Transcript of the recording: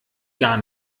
gar